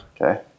Okay